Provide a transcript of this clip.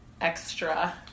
extra